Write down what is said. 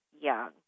young